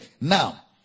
Now